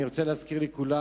אני רוצה להזכיר לכולם,